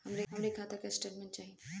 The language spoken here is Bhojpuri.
हमरे खाता के स्टेटमेंट चाही?